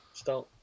Start